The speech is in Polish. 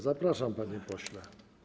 Zapraszam, panie pośle.